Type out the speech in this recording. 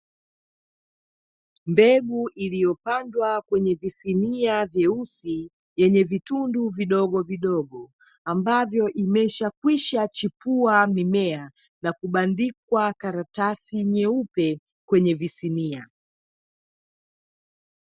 Mbegu iliyopandwa kwenye visinia vyeusi, yenye vitundu vidogo vidogo, ambavyo imeshakwisha chipua mimea, na kubandikwa karatasi nyeupe, kwenye visinia.